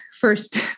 first